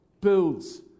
builds